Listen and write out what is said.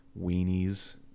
weenies